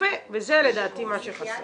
וזה לדעתי מה שחסר.